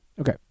Okay